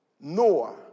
Noah